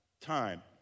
time